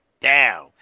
down